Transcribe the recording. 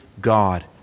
God